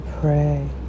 pray